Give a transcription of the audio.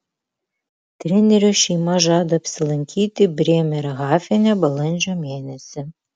trenerio šeima žada apsilankyti brėmerhafene balandžio mėnesį